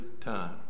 time